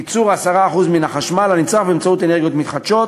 ייצור 10% מן החשמל הנצרך באמצעות אנרגיות מתחדשות.